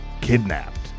kidnapped